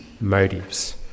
motives